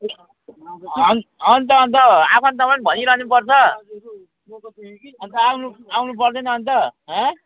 on अन्त त आफन्तमा नि भनिरहनु पर्छ अन्त आउनु आउनुपर्दैन अन्त हाँ